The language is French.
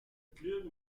club